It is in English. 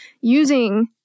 using